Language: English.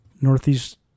Northeast